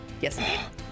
yes